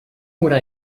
would